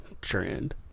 Trend